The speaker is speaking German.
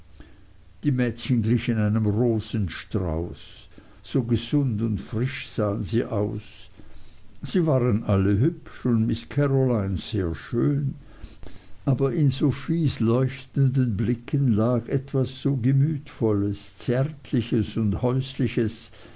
die mädchen glichen einem rosenstrauß so gesund und frisch sahen sie aus sie waren alle hübsch und miß karoline sehr schön aber in sophies leuchtenden blicken lag etwas so gemütvolles zärtliches und häusliches